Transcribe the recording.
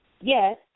yes